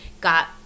got